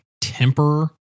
temper